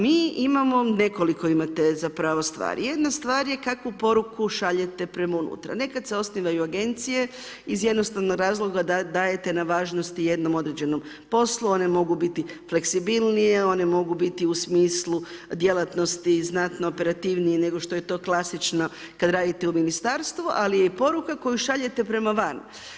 Mi imamo nekoliko imate zapravo stvari, jedna stvar je kakvu poruku šaljete prema unutra, nekad se osnivaju agencije iz jednostavnog razloga da dajete na važnosti jednom određenom poslu, one mogu biti fleksibilnije one mogu biti u smislu u djelatnosti znatno operativnije nego što je to klasično kad radite u ministarstvu, ali je poruka koju šaljete prema van.